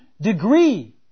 degree